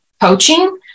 coaching